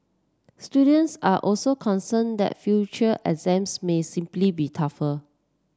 students are also concerned that future exams may simply be tougher